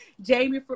jamie